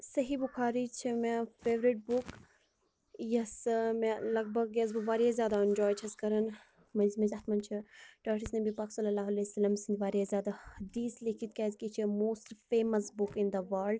صحیٖح بُخاری چھِ مےٚ فیورِٹ بُک یۄس ٲں مےٚ لگ بھگ یۄس بہٕ واریاہ زیٛادٕ ایٚنجواے چھَس کران مٔنٛزۍ مٔنٛزۍ اتھ مَنٛز چھِ ٹٲٹھِس نبی پاک صلی اللہ علیہِ وَسَلَم سٕنٛدۍ واریاہ زیادٕ حدیث لیٚکھِتھ کیاٛزکہِ یہِ چھِ موسٹہٕ famous book in the world